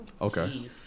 Okay